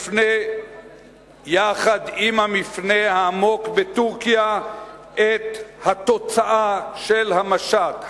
יחד עם המפנה העמוק בטורקיה, התוצאה של המשט.